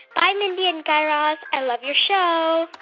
bye, mindy and guy raz. i love your show